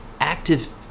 active